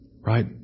Right